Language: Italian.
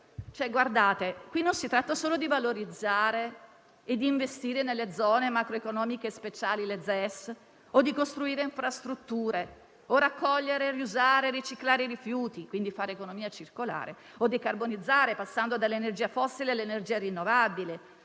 Qui non si tratta solo di valorizzare e investire nelle zone macroeconomiche speciali (ZES), oppure costruire infrastrutture, raccogliere, riusare e riciclare i rifiuti (quindi fare economia circolare), decarbonizzare (passando dall'energia fossile a quelle rinnovabili),